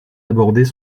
abordés